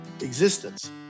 existence